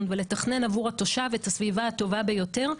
ולתכנן עבור התושב את הסביבה הטובה ביותר,